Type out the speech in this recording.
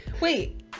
Wait